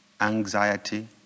anxiety